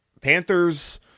Panthers